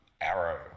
Arrow